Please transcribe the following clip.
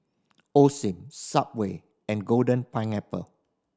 Osim Subway and Golden Pineapple